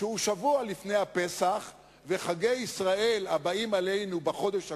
שהוא שבוע לפני הפסח וחגי ישראל הבאים עלינו בחודש הקרוב,